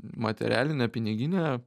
materialine pinigine